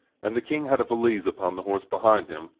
and the king had a valise upon the horse behind him,